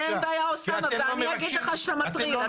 אין בעיה, אוסאמה, ואני אגיד לך שאתה מטריל.